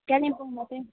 कालिम्पोङ मात्रै